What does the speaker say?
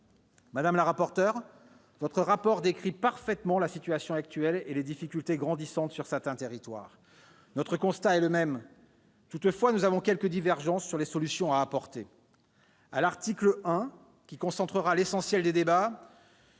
Madame la rapporteur, votre rapport décrit parfaitement la situation actuelle et les difficultés grandissantes sur certains territoires. Notre constat est le même. Toutefois, nous avons quelques divergences sur les solutions à apporter. À l'article 1, qui concentrera l'essentiel des débats,